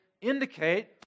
indicate